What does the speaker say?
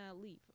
leave